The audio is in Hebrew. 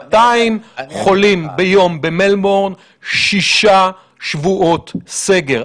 200 חולים ביום במלבורן, שישה שבועות סגר.